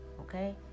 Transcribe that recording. okay